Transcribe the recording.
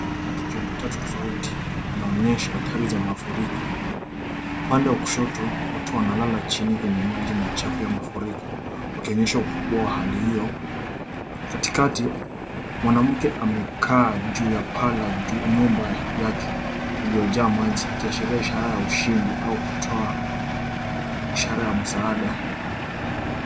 Matukio matatu tofauti yanaonyesha athari za mafuriko. Upande wa kushoto watu wanalala chini kwenye maji machafu ya mafuriko wakionyesha ukubwa wa hali hiyo. Katikati mwanamke amekaa juu ya paa la nyumba yake iliyojaa maji; ikiashiria ishara ya ushindi au kutoa ishara ya msaada.